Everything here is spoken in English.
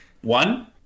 One